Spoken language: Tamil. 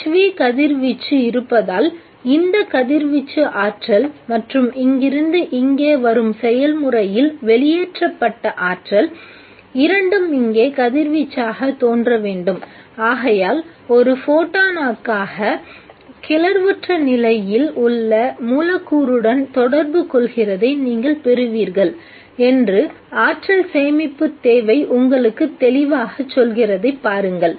hv கதிர்வீச்சு இருப்பதால் இந்த கதிர்வீச்சு ஆற்றல் மற்றும் இங்கிருந்து இங்கே வரும் செயல்முறையில் வெளியேற்றப்பட்ட ஆற்றல் இரண்டும் இங்கே கதிர்வீச்சாகத் தோன்ற வேண்டும் ஆகையால் ஒரு ஃபோட்டானுக்காக கிளர்வுற்ற நிலையில் உள்ள மூலக்கூறுடன் தொடர்பு கொள்கிறதை நீங்கள் பெறுவீர்கள் என்று ஆற்றல் சேமிப்புத் தேவை உங்களுக்குத் தெளிவாக சொல்கிறதைப் பாருங்கள்